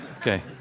okay